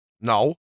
no